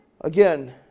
again